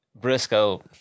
Briscoe